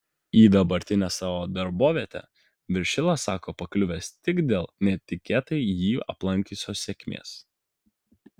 į dabartinę savo darbovietę viršilas sako pakliuvęs tik dėl netikėtai jį aplankiusios sėkmės